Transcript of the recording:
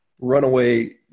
runaway